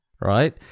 right